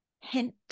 hint